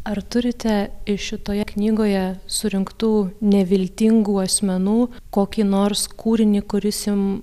ar turite šitoje knygoje surinktų neviltingų asmenų kokį nors kūrinį kuris jum